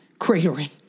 cratering